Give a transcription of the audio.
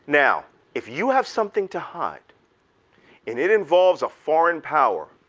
now if you have something to hide and it involves a foreign power,